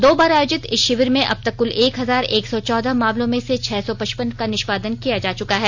दो बार आयोजित इस शिविर में अब तक कुल एक हजार एक सौ चौदह मामलों में से छह सौ पच्चपन का निष्पादन किया जा चुका है